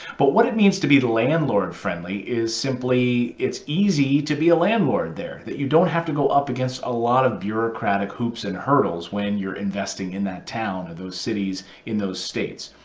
but what it means to be the landlord friendly is simply it's easy to be a landlord there, that you don't have to go up against a lot of bureaucratic hoops and hurdles when you're investing in that town or those cities in those states.